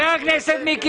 מספר השרים ירד.